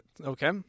okay